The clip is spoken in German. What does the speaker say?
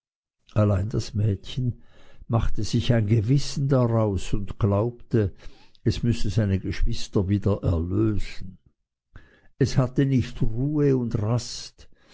allein das mädchen machte sich täglich ein gewissen daraus und glaubte es müßte seine geschwister wieder erlösen es hatte nicht ruhe und rast